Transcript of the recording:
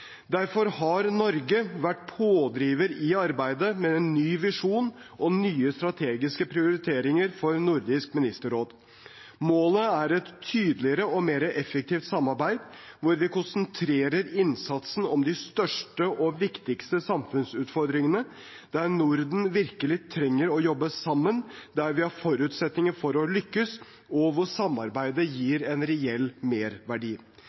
Derfor har Norge vært pådriver i arbeidet med en ny visjon og nye strategiske prioriteringer for Nordisk ministerråd. Målet er et tydeligere og mer effektivt samarbeid, der vi konsentrerer innsatsen om de største og viktigste samfunnsutfordringene, der Norden virkelig trenger å jobbe sammen, der vi har forutsetninger for å lykkes, og der samarbeidet gir en reell merverdi.